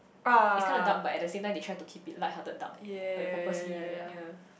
it's kinda dark but at the same time they try to keep it lighthearted dark like purposely like that ya